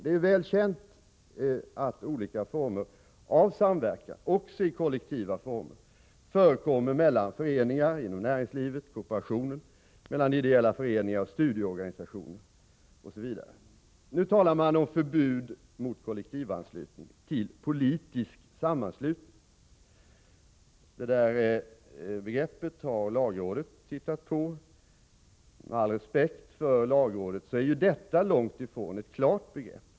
Det är väl känt att olika former av samverkan, också kollektiva former, förekommer mellan föreningar inom näringslivet och kooperationen, mellan ideella föreningar och studieorganisationer, osv. Nu talar man om förbud mot kollektivanslutning till politisk sammanslutning. Det begreppet har lagrådet hittat på. Med all respekt för lagrådet är detta långt ifrån ett klart begrepp.